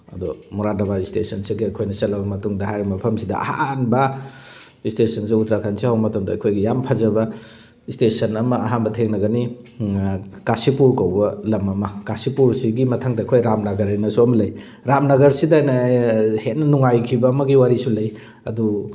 ꯑꯗꯣ ꯃꯨꯔꯥꯗꯕꯥꯗ ꯏꯁꯇꯦꯁꯟꯁꯤꯒꯩ ꯑꯩꯈꯣꯏꯅ ꯆꯠꯂꯕ ꯃꯇꯨꯡꯗ ꯍꯥꯏꯔꯤꯕ ꯃꯐꯝꯁꯤꯗ ꯑꯍꯥꯟꯕ ꯏꯁꯇꯦꯁꯟꯁꯦ ꯎꯇꯔꯈꯟꯁꯦ ꯌꯧꯔꯕ ꯃꯇꯝꯗ ꯑꯩꯈꯣꯏꯒꯤ ꯌꯥꯝꯅ ꯐꯖꯕ ꯏꯁꯇꯦꯁꯟ ꯑꯃ ꯑꯍꯥꯟꯕ ꯊꯦꯡꯅꯒꯅꯤ ꯀꯥꯁꯤꯄꯨꯔ ꯀꯧꯕ ꯂꯝ ꯑꯃ ꯀꯥꯁꯤꯄꯨꯔꯁꯤꯒꯤ ꯃꯊꯪꯗ ꯑꯩꯈꯣꯏ ꯔꯥꯝꯅꯒꯔꯍꯥꯏꯅꯁꯨ ꯑꯃ ꯂꯩ ꯔꯥꯝꯅꯒꯔꯁꯤꯗ ꯍꯦꯟꯅ ꯅꯨꯡꯉꯥꯏꯈꯤꯕ ꯑꯃꯒꯤ ꯋꯥꯔꯤꯁꯨ ꯂꯩ ꯑꯗꯨ